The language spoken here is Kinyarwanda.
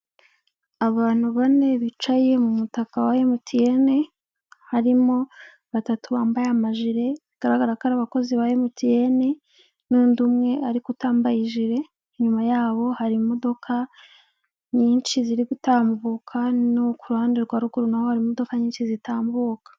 Abantu bane bicaye mu mutaka wa emutiyene harimo batatu bambaye amajire bigaragara ko ari abakozi ba emutiyene, n'undi umwe ariko utambaye ijire, inyuma ya hari imodoka nyinshi ziri gutambuka no ku ruhande rwa ruguru naho hari imodoka nyinshi zitambuka.